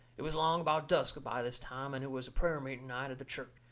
it was along about dusk by this time, and it was a prayer-meeting night at the church.